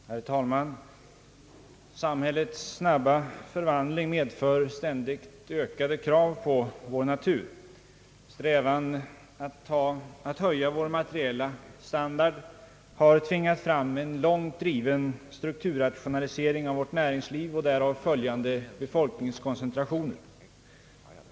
Herr talman! Samhällets snabba förvandling medför ständigt ökade krav på vår natur. Strävan att höja vår materiella standard har tvingat fram en långt driven strukturrationalisering av vårt näringsliv med därav följande befolkningskoncentrationer.